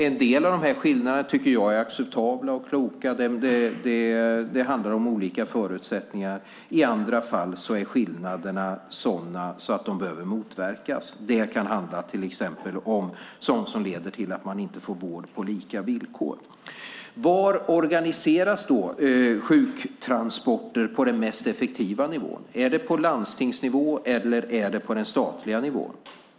En del av skillnaderna är acceptabla och kloka. Det handlar om olika förutsättningar. I andra fall är skillnaderna sådana att de behöver motverkas. Det kan handla om sådant som leder till att man inte får vård på lika villkor. Vilken är den mest effektiva nivån för att organisera sjuktransporter? Är det på landstingsnivå eller på statlig nivå?